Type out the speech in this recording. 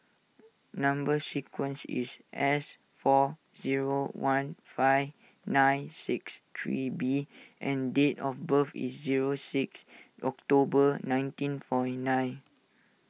Number Sequence is S four zero one five nine six three B and date of birth is zero six October nineteen forty nine